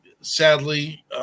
sadly